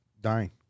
dying